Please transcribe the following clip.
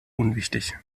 unwichtig